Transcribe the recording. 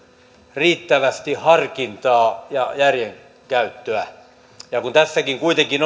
riittävästi harkintaa ja järjen käyttöä kun tässäkin kuitenkin